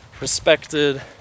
respected